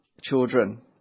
children